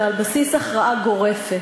אלא על בסיס הכרעה גורפת.